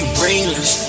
brainless